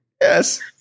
Yes